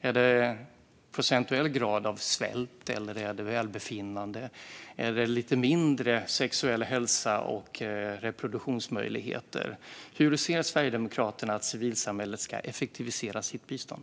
Är det procentuell grad av svält, är det välbefinnande eller är det lite mindre av sexuell hälsa och reproduktionsmöjligheter? Hur ser Sverigedemokraterna att civilsamhället ska effektivisera sitt bistånd?